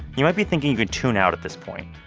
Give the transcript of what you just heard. you might be thinking you could tune out at this point,